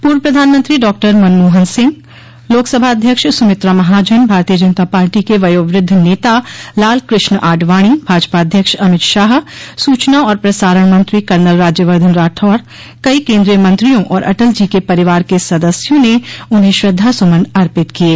पूर्व प्रधानमंत्री डॉ मनमोहन सिंह लोकसभा अध्यक्ष सुमित्रा महाजन भारतीय जनता पार्टी के वयोवृद्ध नेता लालकृष्ण आडवाणी भाजपा अध्यक्ष अमित शाह सूचना और प्रसारण मंत्री कर्नल राज्यवर्द्धन राठौड़ कई केंद्रीय मंत्रियों और अटल जी के परिवार के सदस्यों ने उन्हें श्रद्वासुमन अर्पित किये